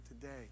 today